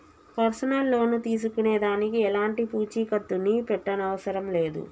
personal loan తీసుకునే దానికి ఎలాంటి పూచీకత్తుని పెట్టనవసరం లేదు